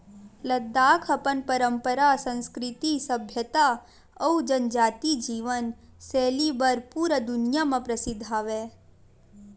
लद्दाख अपन पंरपरा, संस्कृति, सभ्यता अउ जनजाति जीवन सैली बर पूरा दुनिया म परसिद्ध हवय